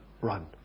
run